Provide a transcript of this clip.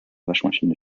waschmaschine